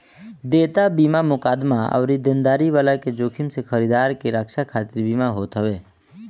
देयता बीमा मुकदमा अउरी देनदारी वाला के जोखिम से खरीदार के रक्षा खातिर बीमा होत हवे